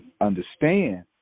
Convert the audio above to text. understand